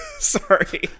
Sorry